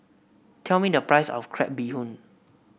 tell me the price of Crab Bee Hoon